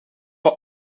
van